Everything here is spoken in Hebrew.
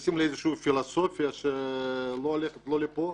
ונכנסים לאיזו פילוסופיה שלא הולכת לפה